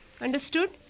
Understood